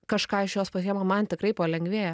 kažką iš jos pasiema man tikrai palengvėja